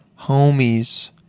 homies